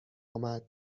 آمد